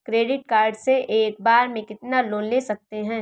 Credit card से एक बार में कितना लोन ले सकते हैं?